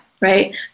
right